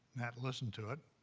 nat listened to it.